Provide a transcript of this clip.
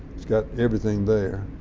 it's got everything there.